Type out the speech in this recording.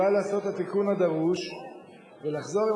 אולי לעשות את התיקון הדרוש ולחזור עם